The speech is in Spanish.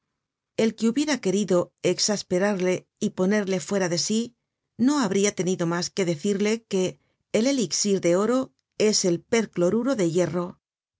el que hubiera querido exasperarle y ponerle fuera de sí no habría tenido mas que decirle que el elixir de oro es el percloruro de hierro